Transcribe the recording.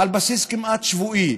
על בסיס כמעט שבועי,